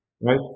right